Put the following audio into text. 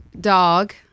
dog